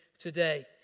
today